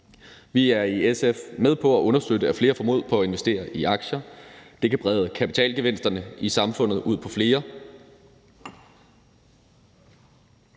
Vi er i SF med på at undersøge, hvordan flere får mod på at investere i aktier. Det kan brede kapitalgevinsterne i samfundet ud på flere